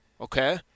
okay